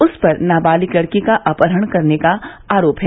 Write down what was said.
उस पर नाबालिग लड़की का अपहरण करने का आरोप है